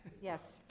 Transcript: Yes